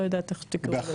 לא יודעת איך תקראו לזה.